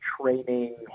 training